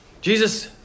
Jesus